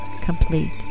complete